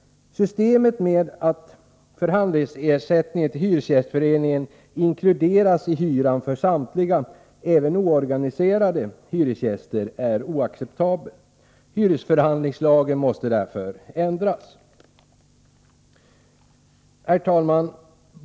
Systemet med att förhandlingsersättningen till hyresgästföreningen inkluderas i hyran för samtliga — även oorganiserade — hyresgäster är oacceptabelt. Hyresförhandlingslagen bör därför ändras. Herr talman!